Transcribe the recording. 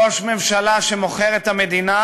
ראש ממשלה שמוכר את המדינה,